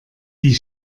die